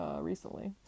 recently